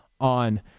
on